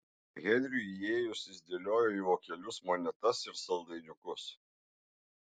henriui įėjus jis dėliojo į vokelius monetas ir saldainiukus